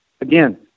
again